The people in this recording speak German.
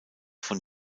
von